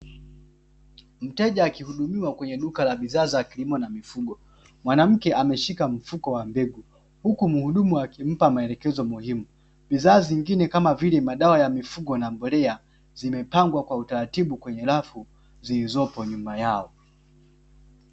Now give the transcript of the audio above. Mteja akihudumiwa kwenye duka la bidhaa la kilimo la mifugo mwanamke ameshika mfuko wa mbegu huku muhudumu akimpa maelekezo muhimu, bidhaa zingine kama vile madawa ya mifugo na mbolea zimepangwa kwa utaratibu kwenye rafu zilizoko nyuma yao.